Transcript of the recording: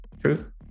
True